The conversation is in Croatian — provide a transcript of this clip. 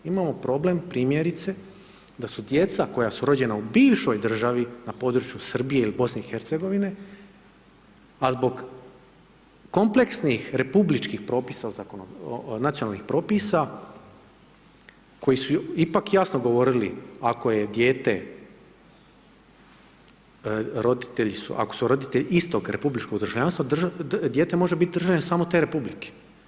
Imamo problem primjerice da su djeca koja su rođena u bivšoj državi na području Srbije ili BiH a zbog kompleksnih, republičkih propisa, nacionalnih propisa koji su ipak jasno govorili ako je dijete, ako su roditelji istog republičkog državljanstva, dijete može biti državljanin samo te republike.